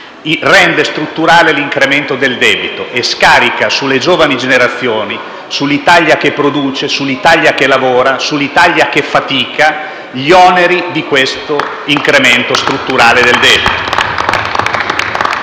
rende strutturale l'incremento del debito scaricando sulle giovani generazioni, sull'Italia che produce, che lavora, che fatica gli oneri di questo incremento strutturale del debito.